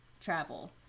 travel